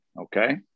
okay